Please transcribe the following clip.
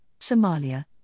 Somalia